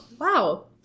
Wow